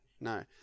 no